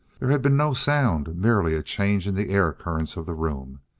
there had been no sound merely a change in the air currents of the room,